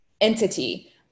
entity